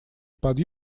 под